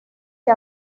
que